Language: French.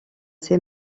ses